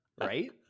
right